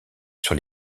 sur